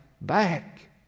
back